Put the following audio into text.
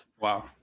Wow